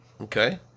Okay